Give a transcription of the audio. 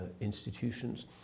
institutions